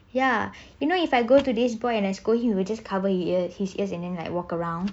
ya you know if I go to this boy and scold him he will just cover his ears and then like walk around